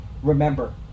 Remember